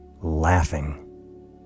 laughing